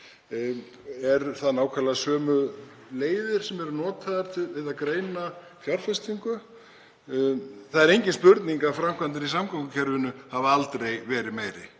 Eru nákvæmlega sömu leiðir notaðar við að greina fjárfestingu? Það er engin spurning að framkvæmdir í samgöngukerfinu hafa aldrei verið meiri.